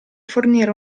fornire